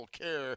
care